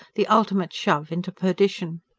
the ultimate shove into perdition.